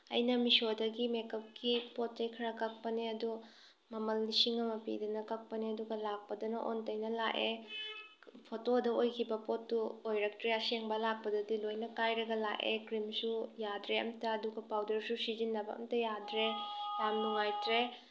ꯑꯩꯅ ꯃꯤꯁꯣꯗꯒꯤ ꯃꯦꯛꯀꯞꯀꯤ ꯄꯣꯠ ꯆꯩ ꯈꯔ ꯀꯛꯄꯅꯦ ꯑꯗꯨ ꯃꯃꯜ ꯂꯤꯁꯤꯡ ꯑꯃ ꯄꯤꯗꯅ ꯀꯛꯄꯅꯦ ꯑꯗꯨꯒ ꯂꯥꯛꯄꯗꯅ ꯑꯣꯟꯅ ꯇꯩꯅꯅ ꯂꯥꯛꯑꯦ ꯐꯣꯇꯣꯗ ꯑꯣꯏꯈꯤꯕ ꯄꯣꯠꯇꯨ ꯑꯣꯏꯔꯛꯇ꯭ꯔꯦ ꯑꯁꯦꯡꯕ ꯂꯥꯛꯄꯗꯗꯤ ꯂꯣꯏꯅ ꯀꯥꯏꯔꯒ ꯂꯥꯛꯑꯦ ꯀ꯭ꯔꯤꯝꯁꯨ ꯌꯥꯗ꯭ꯔꯦ ꯑꯃꯇ ꯑꯗꯨꯕꯨ ꯄꯥꯎꯗ꯭ꯔꯁꯨ ꯁꯤꯖꯤꯟꯅꯕ ꯑꯃꯇ ꯌꯥꯗ꯭ꯔꯦ ꯌꯥꯝ ꯅꯨꯉꯥꯏꯇ꯭ꯔꯦ